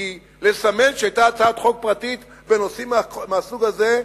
כדי לסמן שהיתה הצעת חוק פרטית בנושאים מהסוג הזה?